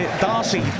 Darcy